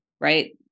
right